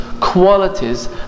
qualities